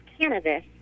cannabis